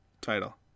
title